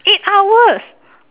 eight hours